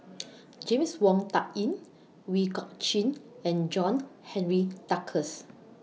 James Wong Tuck Yim Ooi Kok Chuen and John Henry Duclos